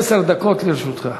עשר דקות לרשותך.